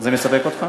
זה מספק אותך?